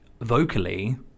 vocally